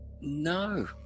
No